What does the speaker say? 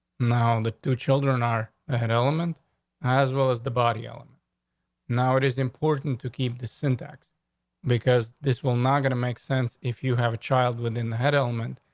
now. the two children are ahead element as well as the body on now. it is important to keep the syntax because this will not gonna make sense if you have a child within the head element.